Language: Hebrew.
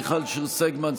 מיכל שיר סגמן,